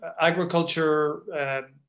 agriculture